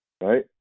right